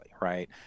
right